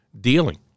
dealing